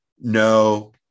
no